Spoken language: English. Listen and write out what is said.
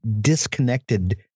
disconnected